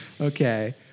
Okay